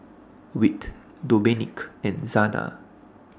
Whit Domenick and Zana